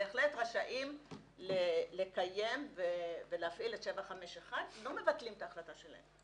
בהחלט רשאים לקיים ולהפעיל את 751. לא מבטלים את ההחלטה שלהם.